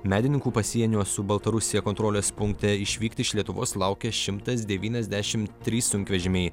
medininkų pasienio su baltarusija kontrolės punkte išvykti iš lietuvos laukia šimtas devyniasdešimt trys sunkvežimiai